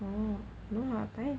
oh no lah but then